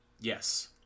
Yes